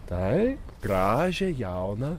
taip gražią jauną